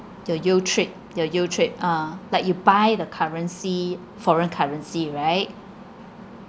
your youtrip your youtrip ah like you buy the currency foreign currency right